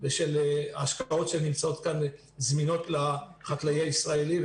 ושל ההשקעות שנמצאות כאן זמינות לחקלאי הישראלי.